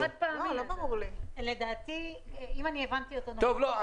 אם הבנתי אותו נכון.